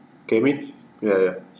can hear me ya ya